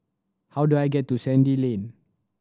how do I get to Sandy Lane